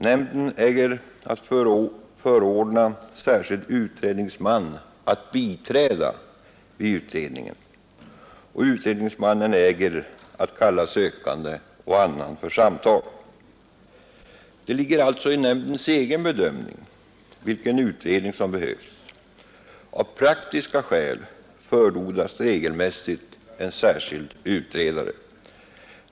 Nämnden äger att förordna särskild utredningsman att biträda vid utredningen, och utredningsmannen äger att kalla sökande och annan för samtal. Det ligger alltså i nämndens bedömning vilken utredning som behövs. Av praktiska skäl förordnas regelmässigt en särskild utredare.